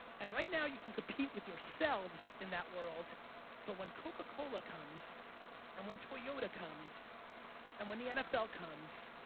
and right now you can compete with yourselves in that world but when coca-cola comes and when toyota comes and when the nfl comes,